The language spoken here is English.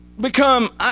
become